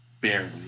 barely